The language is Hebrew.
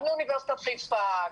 גם לאוניברסיטת חיפה,